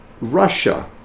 Russia